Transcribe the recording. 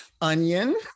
onion